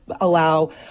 allow